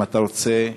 אם אתה רוצה תלך,